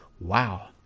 wow